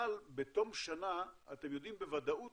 אבל בתום שנה אתם יודעים בוודאות